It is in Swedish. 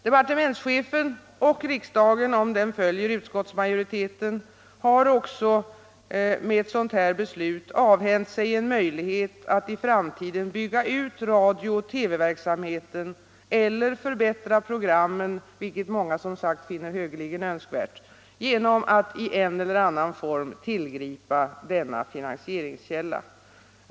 Departementschefen, och riksdagen om den följer utskottsmajoriteten, har också med ett sådant här beslut avhänt sig en möjlighet att i framtiden bygga ut radio och TV-verksamheten eller förbättra programmen -— vilket många som sagt finner högeligen önskvärt — genom att, i en eller annan form, tillgripa denna finansieringskälla.